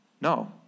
no